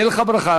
תהיה לך ברכה,